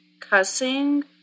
cussing